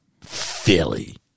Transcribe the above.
Philly